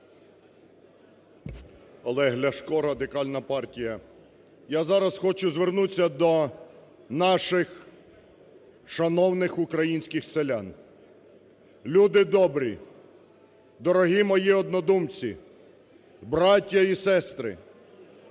Олег Ляшко, Радикальна партія. Я зараз хочу звернуться до наших шановних українських селян. Люди добрі, дорогі мої однодумці, браття і сестри,